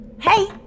Hey